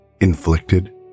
inflicted